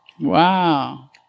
Wow